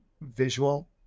visual